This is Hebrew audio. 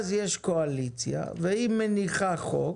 יש קואליציה והיא מניחה הצעת חוק,